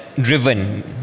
driven